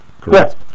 Correct